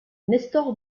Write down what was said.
nestor